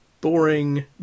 boring